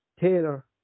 Taylor